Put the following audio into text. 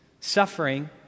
suffering